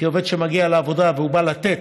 כי עובד שמגיע לעבודה והוא בא לתת,